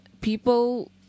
people